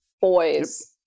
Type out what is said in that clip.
boys